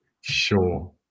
Sure